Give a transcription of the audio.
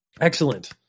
excellent